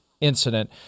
incident